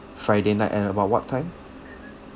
friday night and about what time